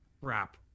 crap